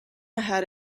ahead